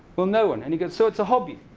well, no one. and he goes, so it's a hobby.